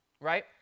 right